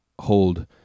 hold